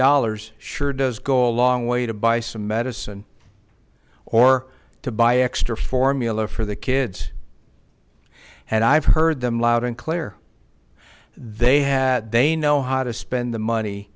dollars sure does go a long way to buy some medicine or to buy extra formula for the kids and i've heard them loud and clear they had they know how to spend the